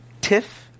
tiff